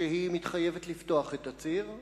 שהיא מתחייבת לפתוח את הציר,